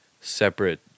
separate